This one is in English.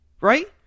right